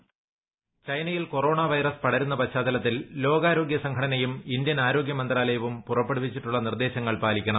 voice ചൈനയിൽ corona virus പടരുന്ന പശ്ചാത്തലത്തിൽ ലോകാരോഗ്യ സംഘടനയും ഇന്ത്യൻ ആരോഗ്യ മന്ത്രാലയവും പുറപ്പെടുവിച്ചിട്ടുള്ള നിർദ്ദേശങ്ങൾ പാലിക്കണം